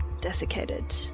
desiccated